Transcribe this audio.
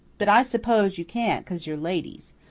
but i s'pose you can't cause you're ladies.